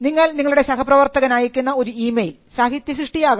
നിങ്ങൾ നിങ്ങളുടെ സഹപ്രവർത്തകനയക്കുന്ന ഒരു ഇ മെയിൽ സാഹിത്യസൃഷ്ടി ആകാം